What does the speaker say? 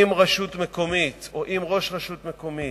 אם רשות מקומית או אם ראש רשות מקומית